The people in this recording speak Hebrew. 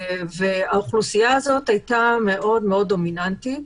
והאוכלוסייה הזאת הייתה מאוד מאוד דומיננטית.